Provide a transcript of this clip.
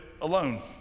alone